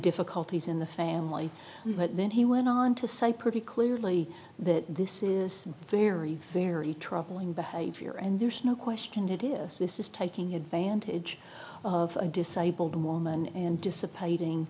difficulty in the family but then he went on to say pretty clearly that this is very very troubling behavior and there's no question it is this is taking advantage of a disabled woman and dissipating